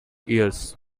ears